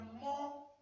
more